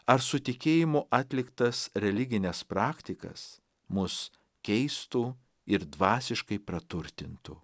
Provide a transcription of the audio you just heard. ar su tikėjimu atliktas religines praktikas mus keistų ir dvasiškai praturtintų